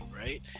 right